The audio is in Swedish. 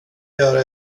göra